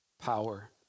power